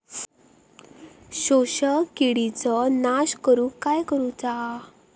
शोषक किडींचो नाश करूक काय करुचा?